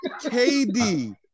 KD